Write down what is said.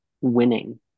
winning